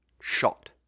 Shot